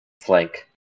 flank